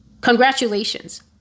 Congratulations